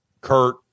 Kurt